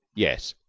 yes,